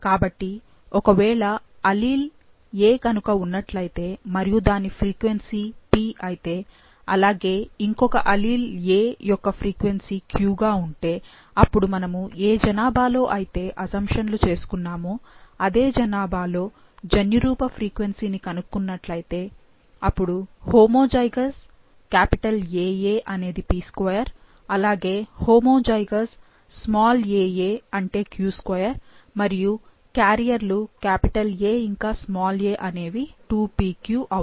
కాబట్టి ఒకవేళ allele "A" గనుక ఉన్నట్లు అయితే మరియు దాని ఫ్రీక్వెన్సీ "P" అయితే అలాగే ఇంకొక అల్లీల్ "a" యొక్క ఫ్రీక్వెన్సీ "q" గా ఉంటే అప్పుడు మనము ఏ జనాభా లో అయితే అసంషన్లు చేసుకున్నామో అదే జనాభాలో జన్యురూప ఫ్రీక్వెన్సీ ని కనుక్కునట్లు అయితే అపుడు హోమోజైగస్ "AA" అనేది p2 అలాగే హోమోజైగస్ "aa" అంటే q2 మరియు క్యారియర్లు A ఇంకా a అనేవి 2pq అవుతాయి